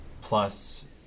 plus